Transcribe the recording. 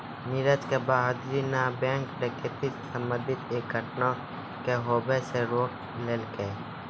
नीरज के बहादूरी न बैंक डकैती से संबंधित एक घटना के होबे से रोक लेलकै